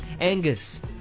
angus